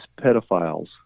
pedophiles